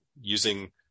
using